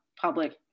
public